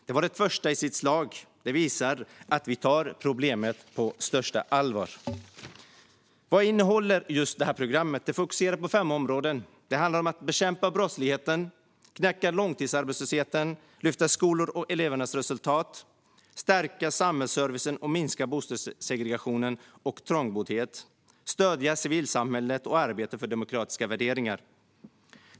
Det var det första i sitt slag och visar att vi tar problemet på största allvar. Vad innehåller då programmet? Jo, det fokuserar på fem områden: bekämpa brottsligheten knäcka långtidsarbetslösheten lyfta skolor och elevernas resultat stärka samhällsservicen och minska bostadssegregation och trångboddhet stödja civilsamhället och arbetet för demokratiska värderingar.